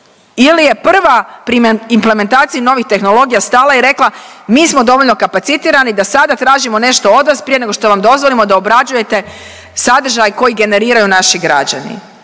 Ili je prva pri implementaciji novih tehnologija stala i rekla, mi smo dovoljno kapacitirani da sada tražimo nešto od vas prije nego što vam dozvolimo da obrađujete sadržaj koji generiraju naši građani.